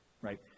Right